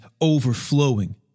overflowing